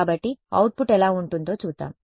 కాబట్టి అవుట్పుట్ ఎలా ఉంటుందో చూద్దాం